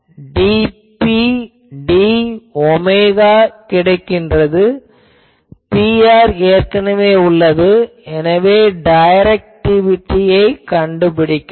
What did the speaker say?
dP d omega கிடைக்கிறது Pr ஏற்கனவே உள்ளது எனவே டைரக்டிவிட்டியைக் கண்டுபிடிக்கலாம்